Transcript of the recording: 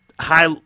high